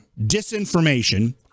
disinformation